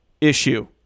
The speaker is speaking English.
issue